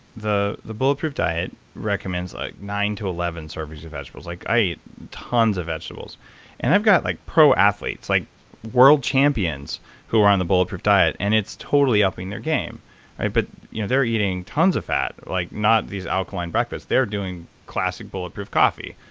the the bulletproof diet recommends like nine to eleven servings of vegetables. like i eat tons of vegetables and i've got like pro athletes like world champions who are on the bulletproof diet and it's totally upping their game but you know they're eating tons of fat, like not these alkaline breakfasts, they're doing classic bulletproof coffee,